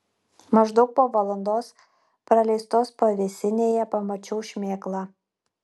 maždaug po valandos praleistos pavėsinėje pamačiau šmėklą